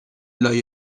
لای